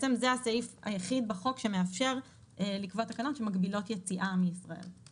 אנחנו מאפשרים גם וגם לבחירה של האדם לפני שהוא טס,